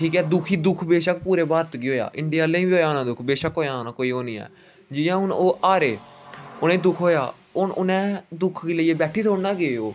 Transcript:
ठीक ऐ दुखी दुख बेशक पूरे भारत गी होएआ इंडिया आहले गी बी होएआ होना दुख बेशक होना होएआ कोई ओह् नेईं ऐ जियां हून ओह् हारे उ'नेंगी दुख होएआ हून उ'नें दुख गी लेइयै बैठी थोह्ड़ी ना गे ओह्